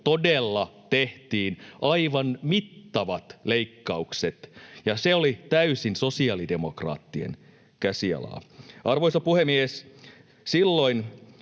todella tehtiin aivan mittavat leikkaukset, ja se oli täysin sosiaalidemokraattien käsialaa. Arvoisa puhemies! Silloin